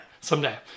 someday